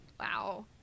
Wow